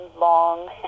long